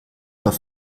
auf